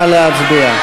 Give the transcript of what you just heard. נא להצביע.